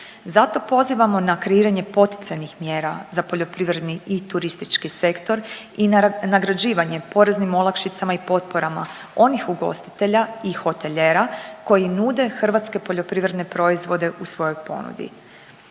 Zato pozivamo na kreiranje poticajnih mjera za poljoprivredni i turistički sektor i nagrađivanje poreznim olakšicama i potporama onih ugostitelja i hotelijera koji nude hrvatske poljoprivredne proizvode u svojoj ponudi.